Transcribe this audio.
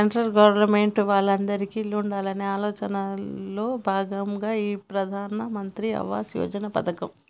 central government వాళ్ళు అందిరికీ ఇల్లు ఉండాలనే ఆలోచనలో భాగమే ఈ ప్రధాన్ మంత్రి ఆవాస్ యోజన పథకం